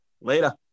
Later